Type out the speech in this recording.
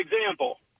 example